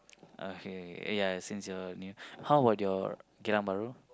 okay ya since your new how about your Geylang-Bahru